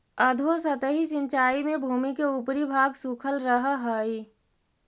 अधोसतही सिंचाई में भूमि के ऊपरी भाग सूखल रहऽ हइ